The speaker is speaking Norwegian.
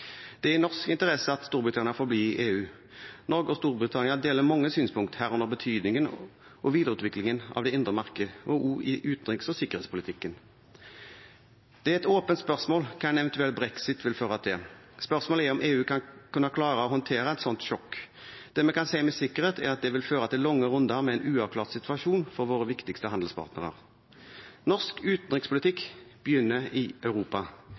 Det er i norsk interesse at Storbritannia forblir i EU. Norge og Storbritannia deler mange synspunkter, herunder betydningen og videreutviklingen av det indre marked, også i utenriks- og sikkerhetspolitikken. Det er et åpent spørsmål hva en eventuell «Brexit» vil føre til. Spørsmålet er om EU vil kunne klare å håndtere et slikt sjokk. Det vi kan si med sikkerhet, er at det vil føre til lange runder med en uavklart situasjon for våre viktigste handelspartnere. Norsk utenrikspolitikk begynner i Europa